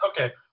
Okay